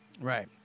right